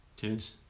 Cheers